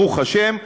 ברוך השם,